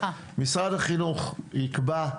משרד החינוך יקבע,